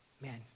Man